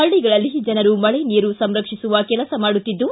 ಹಳ್ಳಿಗಳಲ್ಲಿ ಜನರು ಮಳೆ ನೀರು ಸಂರಕ್ಷಿಸುವ ಕೆಲಸ ಮಾಡುತ್ತಿದ್ದು